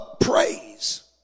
praise